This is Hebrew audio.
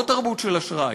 לא תרבות של אשראי.